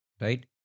right